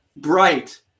bright